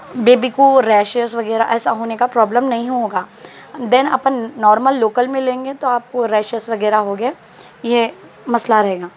baby کو rashes وغیرہ ایسا ہونے کا پرابلم نہیں ہوگا دین اپن نارمل لوکل میں لیں گے تو آپ کو ریشیز وغیرہ ہوں گے یہ مسئلہ رہے گا